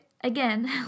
again